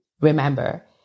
remember